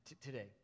today